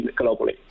globally